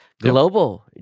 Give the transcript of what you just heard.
global